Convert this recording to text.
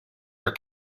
your